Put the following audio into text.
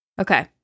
Okay